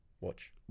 watch